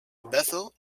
bethel